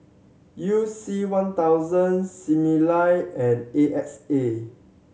You C One thousand Similac and A X A